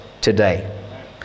today